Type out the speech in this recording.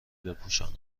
بپوشانم